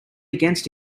against